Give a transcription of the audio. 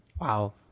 Wow